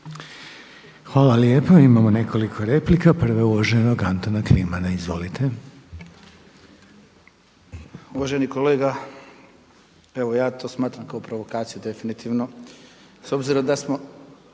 Hvala lijepo. Imamo nekoliko replika. Prva je uvaženog Antona Klimana. Izvolite. **Kliman, Anton (HDZ)** Uvaženi kolega, evo ja to smatram kao provokaciju definitivno. S obzirom da ste